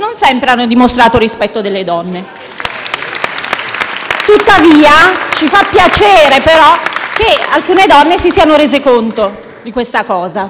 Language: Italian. Tuttavia ci fa piacere che alcune donne si siano rese conto di questa cosa. Procedo con il mio intervento.